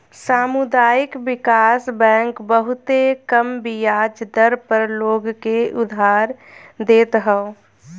सामुदायिक विकास बैंक बहुते कम बियाज दर पअ लोग के उधार देत हअ